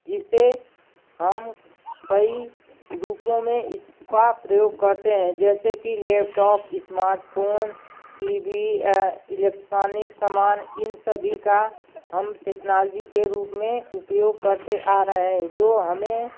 जिसे हम कई रूपों मे इसका प्रयोग करते हैं जैसे कि laptop smart phone TV electronic सामान इन सभी का हम टेक्नॉलजी के रूप में उपयोग करते आ रहे हैं जो हमें